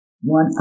One